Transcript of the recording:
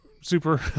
super